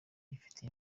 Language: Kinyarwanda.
bafite